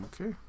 Okay